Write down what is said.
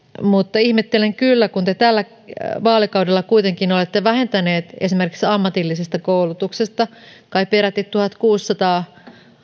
mutta ihmettelen kyllä että kun te tällä vaalikaudella kuitenkin olette vähentäneet esimerkiksi ammatillisesta koulutuksesta kai peräti tuhatkuusisataa